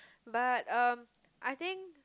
but um I think